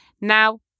now